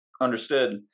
Understood